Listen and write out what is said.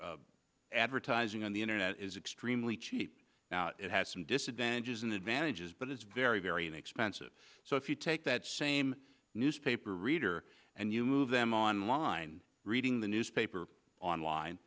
low advertising on the internet is extremely cheap it has some disadvantages in advantages but it's very very inexpensive so if you take that same newspaper reader and you move them online reading the newspaper online